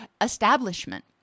establishment